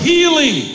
Healing